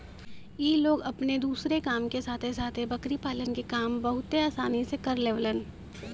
इ लोग अपने दूसरे काम के साथे साथे बकरी पालन के काम बहुते आसानी से कर लेवलन